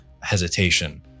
hesitation